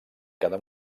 cada